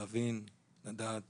להבין, לדעת